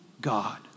God